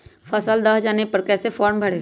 फसल दह जाने पर कैसे फॉर्म भरे?